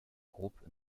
groupe